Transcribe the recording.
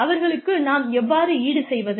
அவர்களுக்கு நாம் எவ்வாறு ஈடுசெய்வது